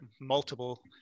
multiple